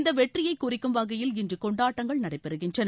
இந்த வெற்றியை குறிக்கும் வகையில் இன்று கொண்டாட்டங்கள் நடைபெறுகின்றன